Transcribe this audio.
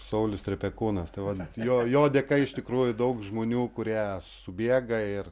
saulius trepekūnas tai vat jo jo dėka iš tikrųjų daug žmonių kurie subėga ir